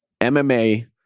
MMA